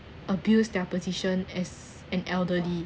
abused their position as an elderly